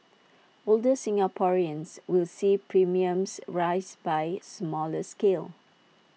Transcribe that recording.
older Singaporeans will see premiums rise by smaller scale